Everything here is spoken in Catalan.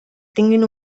tinguin